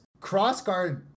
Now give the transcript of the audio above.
crossguard